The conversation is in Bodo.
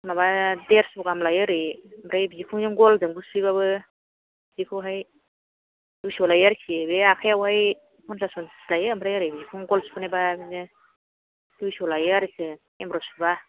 माबा देरस' गाहाम लायो ओरै ओमफ्राय बिखुंजों गलजोंखौ सुहोबाबो बेखौहाय दुइस' लायो आरोखि बे आखाइयावहाय पन्सास पन्सास लायो ओमफ्राय ओरै बिखुं गल सुहोयोबा बिदिनो दुइस' लायो आरोखि एमब्र' सुबा